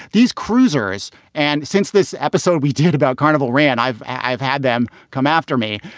these cruisers and since this episode we did about carnival ran. i've i've had them come after me.